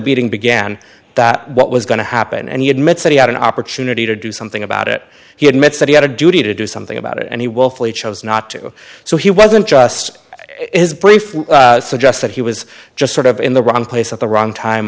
beating began that what was going to happen and you admits that he had an opportunity to do something about it he admits that he had a duty to do something about it and he willfully chose not to so he wasn't just his brief suggests that he was just sort of in the wrong place at the wrong time